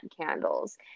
candles